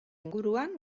inguruan